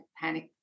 panic